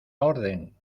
orden